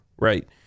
right